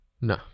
No